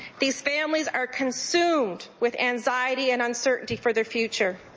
these families are consumed with anxiety and uncertainty for their future.